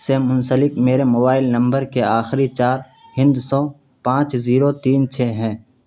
سے منسلک میرے موبائل نمبر کے آخری چار ہندسوں پانچ زیرو تین چھ ہیں